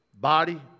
body